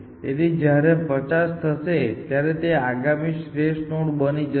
તેથી જ્યારે તે 50 થશે ત્યારે તે આગામી શ્રેષ્ઠ નોડ બની જશે